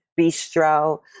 bistro